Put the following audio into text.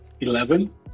Eleven